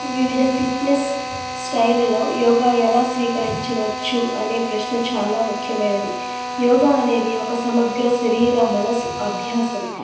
వివిధ ఫిట్నెస్ స్టైలులో యోగా ఎలా స్వీకరించవచ్చు అనే ప్రశ్న చాలా ముఖ్యమైనది యోగా అనేది ఒక సమగ్ర శరీర మనసు అభ్యాసం